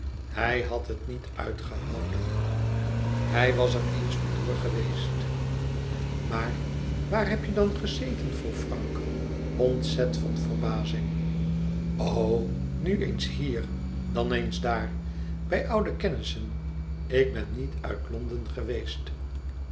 hij had het niet uitgehouden hij was er eens van door geweest maar waar heb je dan gezeten vroeg frank ontzet van verbazing o nu eens hier en dan eens daar bij oude kennissen ik ben niet uit londen geweest